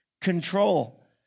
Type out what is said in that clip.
control